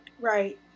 Right